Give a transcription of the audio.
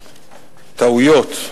טעויות,